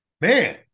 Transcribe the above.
man